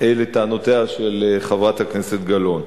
לטענותיה של חברת הכנסת גלאון.